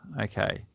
Okay